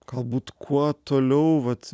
galbūt kuo toliau vat